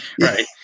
Right